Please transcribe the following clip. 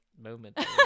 moment